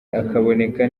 aboneka